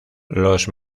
los